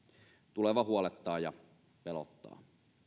tuleva huolettaa ja pelottaa